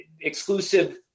exclusive